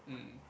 mm